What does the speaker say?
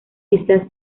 isla